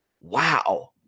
wow